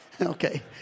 Okay